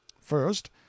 First